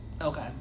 Okay